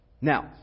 Now